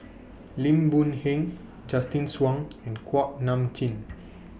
Lim Boon Heng Justin Zhuang and Kuak Nam Jin